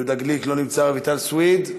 יהודה גליק, לא נמצא, רויטל סויד,